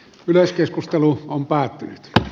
yleiskeskustelu on päättynyt